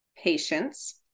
patience